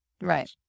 Right